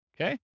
Okay